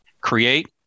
create